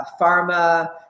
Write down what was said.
pharma